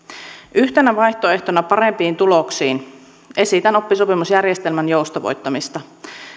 yhtenä vaihtoehtona parempiin tuloksiin esitän oppisopimusjärjestelmän joustavoittamista